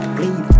Bleed